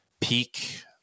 peak